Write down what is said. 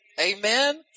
Amen